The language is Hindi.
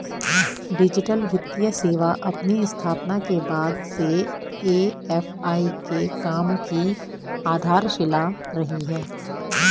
डिजिटल वित्तीय सेवा अपनी स्थापना के बाद से ए.एफ.आई के काम की आधारशिला रही है